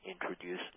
introduce